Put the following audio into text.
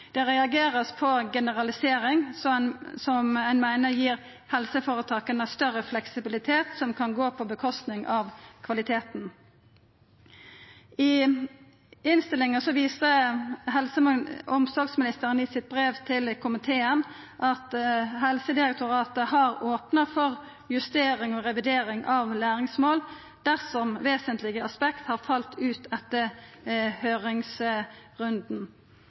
vert reagert på generalisering som ein meiner gir helseføretaka større fleksibilitet som kan gå på kostnad av kvaliteten. I innstillinga vert det vist til at helse- og omsorgsministeren i sitt brev til komiteen oppgir at Helsedirektoratet har opna for justering og revidering av læringsmål dersom vesentlege aspekt har falle ut etter høyringsrunden.